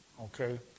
Okay